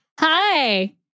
Hi